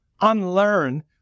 unlearn